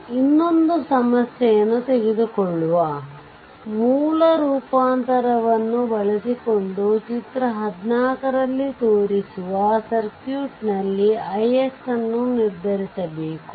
2 volt ಆದ್ದರಿಂದ ಇನ್ನೊಂದನ್ನು ಸಮಸ್ಯೆ ತೆಗೆದುಕೊಳ್ಳುವ ಮೂಲ ರೂಪಾಂತರವನ್ನು ಬಳಸಿಕೊಂಡು ಚಿತ್ರ 14ರಲ್ಲಿ ತೋರಿಸಿರುವ ಸರ್ಕ್ಯೂಟ್ ನಲ್ಲಿ ix ಅನ್ನು ನಿರ್ಧರಿಸಬೇಕು